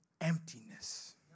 emptiness